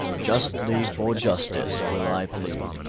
justly for justice will i plead,